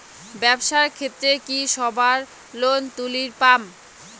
ব্যবসার ক্ষেত্রে কি সবায় লোন তুলির পায়?